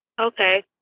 Okay